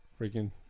freaking